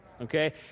Okay